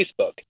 Facebook